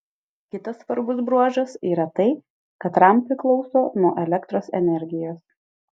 kitas svarbus bruožas yra tai kad ram priklauso nuo elektros energijos